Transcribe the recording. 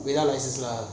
now no lah